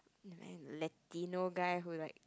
Latino guy who like